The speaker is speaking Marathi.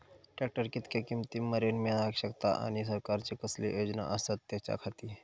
ट्रॅक्टर कितक्या किमती मरेन मेळाक शकता आनी सरकारचे कसले योजना आसत त्याच्याखाती?